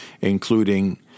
including